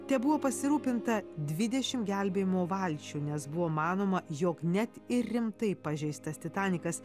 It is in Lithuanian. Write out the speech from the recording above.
tebuvo pasirūpinta dvidešim gelbėjimo valčių nes buvo manoma jog net ir rimtai pažeistas titanikas